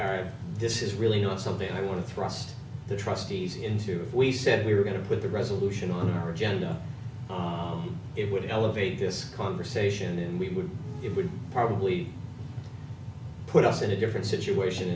this is really not something i want to thrust the trustees into if we said we were going to put the resolution on our agenda it would elevate this conversation and we would it would probably put us in a different situation